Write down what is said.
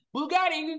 Bugatti